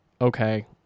okay